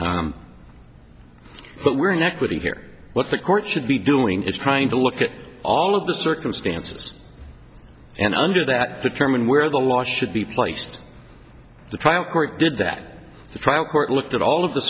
what we're in equity here what the court should be doing is trying to look at all of the circumstances and under that determine where the law should be placed the trial court did that the trial court looked at all of the